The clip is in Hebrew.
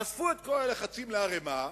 אספו את כל הלחצים לערימה,